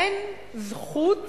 אין זכות